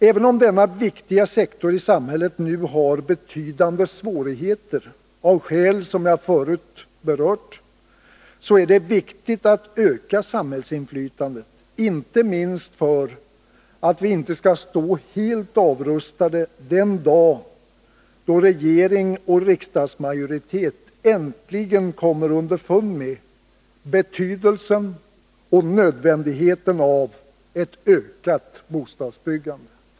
Även om denna viktiga sektor i samhället nu har betydande svårigheter, av skäl som jag förut berört, är det viktigt att öka samhällsinflytandet, inte minst för att vi inte skall stå helt avrustade den dag regering och riksdagsmajoritet äntligen kommer underfund med betydelsen och nödvändigheten av ett ökat bostadsbyggande.